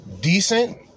decent